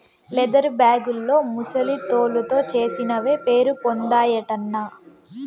leather బేగుల్లో ముసలి తోలుతో చేసినవే పేరుపొందాయటన్నా